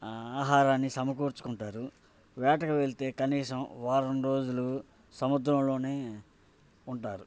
ఆహారాన్ని సమకూర్చుకుంటారు వేటకు వెళ్తే కనీసం వారం రోజులు సముద్రంలోనే ఉంటారు